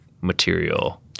material